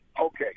Okay